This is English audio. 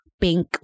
Pink